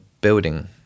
building